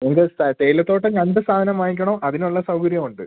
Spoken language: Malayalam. ഇവിടെ ഒരു സ്ത തേയില തോട്ടം കണ്ട് സാധനം വാങ്ങിക്കണോ അതിനുള്ള സൗകര്യവും ഉണ്ട്